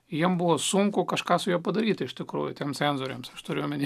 jiems buvo sunku kažką su juo padaryti iš tikrųjų tiems sandoriams aš turiu omeny